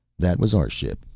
that was our ship.